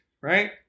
right